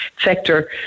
sector